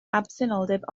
absenoldeb